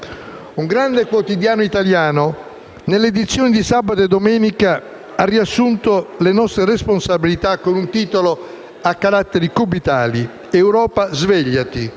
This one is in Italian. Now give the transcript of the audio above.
Un grande quotidiano italiano nelle edizioni di sabato, ha riassunto le nostre responsabilità con un titolo a caratteri cubitali: «Europa, svegliati».